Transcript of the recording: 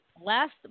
last